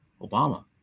Obama